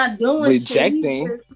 rejecting